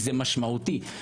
זה משמעותי.